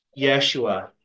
Yeshua